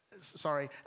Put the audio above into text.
sorry